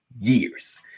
years